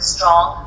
Strong